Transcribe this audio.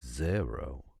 zero